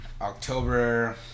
October